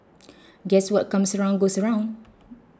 guess what comes around goes around